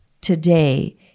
today